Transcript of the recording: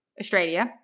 Australia